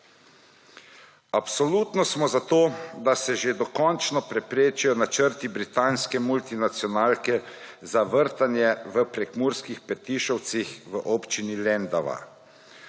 Absolutno smo za to, da se že dokončno preprečijo načrti britanske multinacionalke za vrtanje v prekmurskih Petišovcih v občini Lendava.